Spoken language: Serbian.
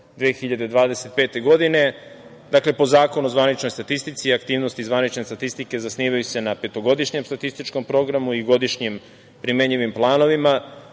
2025. godine, po Zakonu o zvaničnoj statistici aktivnosti zvanične statistike zasnivaju se na petogodišnjem statističkom programu i godišnjim primenjivim planovima.